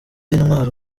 intwaro